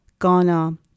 Ghana